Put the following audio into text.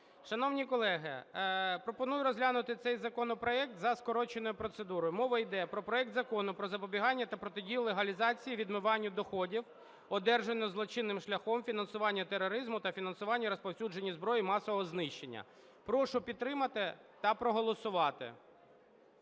Шановні колеги, пропоную розглянути цей законопроект за скороченою процедурою. Мова йде про проект Закону про запобігання та протидію легалізації (відмиванню) доходів, одержаних злочинним шляхом, фінансуванню тероризму та фінансуванню розповсюдження зброї масового знищення. Прошу підтримати та проголосувати.